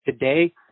Today